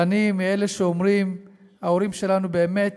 ואני מאלה שאומרים: ההורים שלנו באמת